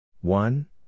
One